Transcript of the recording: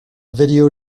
video